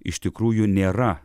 iš tikrųjų nėra